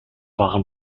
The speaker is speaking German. waren